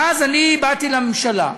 ואז אני באתי לממשלה,